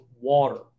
water